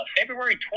February